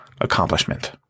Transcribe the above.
accomplishment